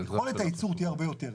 אז יכולת הייצור תהיה הרבה יותר.